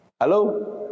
Hello